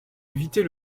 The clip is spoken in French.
éviter